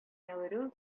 нәүрүз